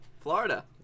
Florida